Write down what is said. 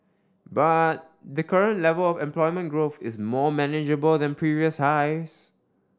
but the current level of employment growth is more manageable than previous highs